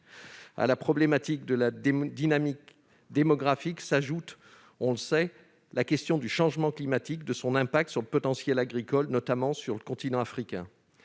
À la problématique de la dynamique démographique s'ajoute, on le sait, la question du changement climatique et de son impact sur potentiel agricole, notamment sur le continent africain.